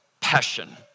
passion